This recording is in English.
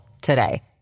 today